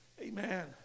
Amen